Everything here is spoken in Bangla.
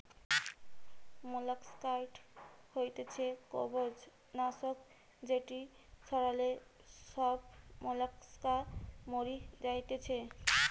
মোলাস্কাসাইড হতিছে কম্বোজ নাশক যেটি ছড়ালে সব মোলাস্কা মরি যাতিছে